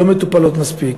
לא מטופלות מספיק.